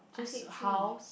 I said three